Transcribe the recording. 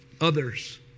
others